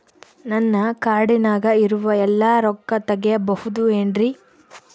ನನ್ನ ಕಾರ್ಡಿನಾಗ ಇರುವ ಎಲ್ಲಾ ರೊಕ್ಕ ತೆಗೆಯಬಹುದು ಏನ್ರಿ?